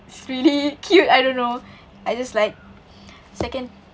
it's really cute I don't know I just like second